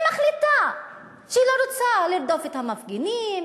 היא מחליטה שהיא לא רוצה לרדוף את המפגינים,